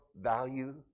value